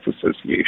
Association